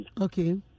Okay